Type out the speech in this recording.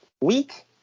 week